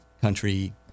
country